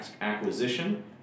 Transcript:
acquisition